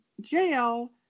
jail